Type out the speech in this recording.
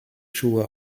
schuhe